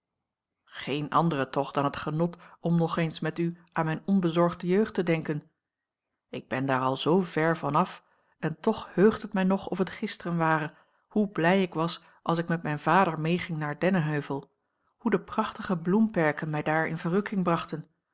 geene andere toch dan het genot om nog eens met u aan mijne onbezorgde jeugd te denken ik ben daar al zoo vèr van af en toch heugt het mij nog of het gisteren ware hoe blij ik was als ik met mijn vader meeging naar dennenheuvel hoe de prachtige bloemperken mij daar in verrukking brachten